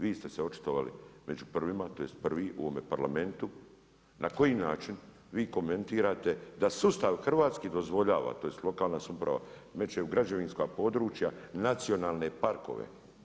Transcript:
Vi ste se očitovali među prvima, tj. prvi u ovome Parlamentu, na koji način vi komentirate da sustav hrvatski dozvoljava tj. lokalna samouprava, meće u građevinska područja nacionalne parkove?